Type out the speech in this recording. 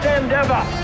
endeavor